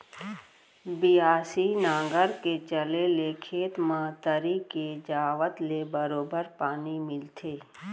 बियासी नांगर के चले ले खेत म तरी के जावत ले बरोबर पानी मिलथे